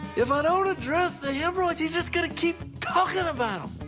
if i don't address the yeah hemorrhoids, he's just gonna keep talking and about them!